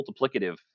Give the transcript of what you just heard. multiplicative